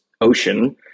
ocean